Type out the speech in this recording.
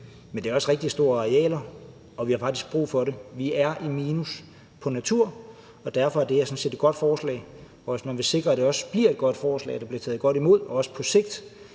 men der er også tale om rigtig store arealer, og vi har faktisk brug for det. Vi er i minus på natur, og derfor er det her sådan set et godt forslag, og hvis man vil sikre, at det også bliver godt senere, at der bliver taget godt imod det, og at der også på sigt